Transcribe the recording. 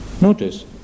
Notice